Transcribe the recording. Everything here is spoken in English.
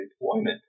employment